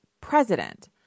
president